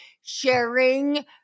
sharing